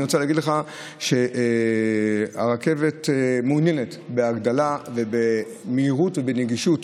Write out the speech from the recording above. אני רוצה להגיד לך שהרכבת מעוניינת בהגדלה ובמהירות ובנגישות.